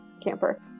camper